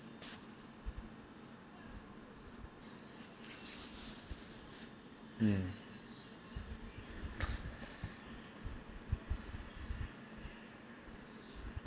um